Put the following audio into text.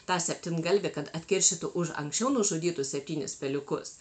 tą septyngalvį kad atkeršytų už anksčiau nužudytus septynis peliukus